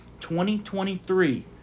2023